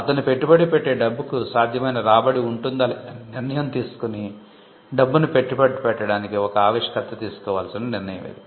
అతను పెట్టుబడి పెట్టే డబ్బుకు సాధ్యమైన రాబడి ఉంటుందా లేదా అని నిర్ణయం తీసుకుని డబ్బును పెట్టుబడి పెట్టడానికి ఒక ఆవిష్కర్త తీసుకోవలసిన నిర్ణయం ఇది